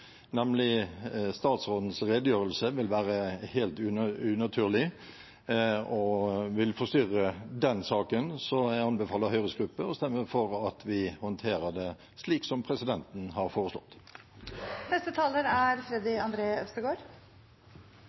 nemlig statsrådens redegjørelse, vil være helt unaturlig og vil forstyrre den saken. Så jeg anbefaler Høyres gruppe å stemme for at vi håndterer det slik presidenten har foreslått. Dette er